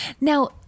Now